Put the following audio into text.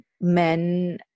Men